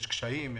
יש קשיים?